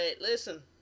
listen